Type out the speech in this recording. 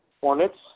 Hornets